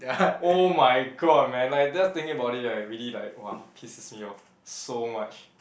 !oh-my-god! man like just thinking about it really like !wah! pisses me off so much